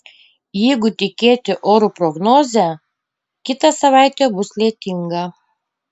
jeigu tikėti orų prognoze kita savaitė bus lietinga